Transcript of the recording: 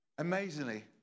Amazingly